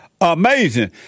amazing